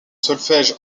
solfège